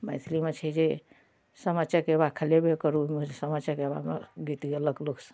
मैथिलीमे छै जे सामा चकेबा खेलेबै करू ओहिमे सामा चकेबामे गीत गेलक लोकसभ